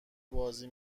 بازی